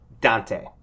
Dante